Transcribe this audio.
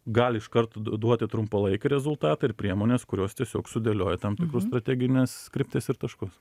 gali iškart d duoti trumpalaikį rezultatą ir priemonės kurios tiesiog sudėlioja tam tikrus strategines kryptis ir taškus